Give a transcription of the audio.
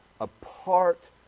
apart